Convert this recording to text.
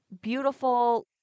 beautiful